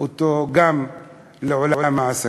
אתו גם לעולם העסקים.